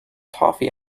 toffee